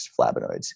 flavonoids